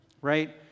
right